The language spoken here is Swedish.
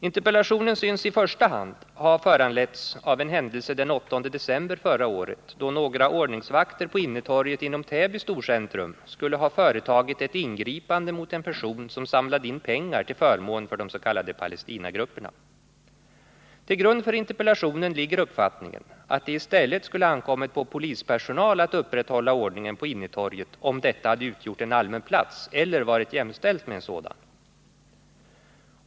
Interpellationen synes i första hand ha föranletts av en händelse den 8 december förra året, då några ordningsvakter på innetorget inom Täby storcentrum skulle ha företagit ett ingripande mot en person som samlade in pengar till förmån för de s.k. Palestinagrupperna. Till grund för interpellationen ligger uppfattningen att det i stället skulle ha ankommit på polispersonal att upprätthålla ordningen på innetorget, om detta hade utgjort en allmän plats eller varit jämställt med en sådan.